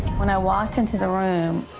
when i walked into the room,